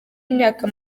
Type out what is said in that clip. w’imyaka